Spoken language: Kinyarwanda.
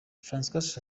francois